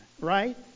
right